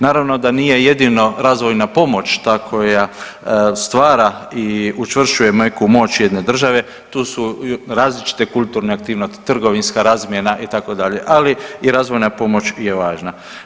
Naravno da nije jedino razvojna pomoć ta koja stvara i učvršćuje meku moći jedne države, tu su različite kulturne aktivnosti, trgovinska razmjena itd., ali i razvojna pomoć je važna.